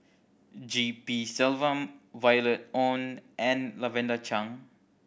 G P Selvam Violet Oon and Lavender Chang